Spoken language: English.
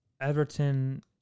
Everton